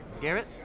Garrett